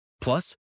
Plus